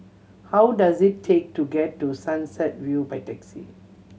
how does it take to get to Sunset View by taxi